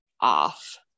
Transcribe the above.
off